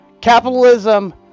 Capitalism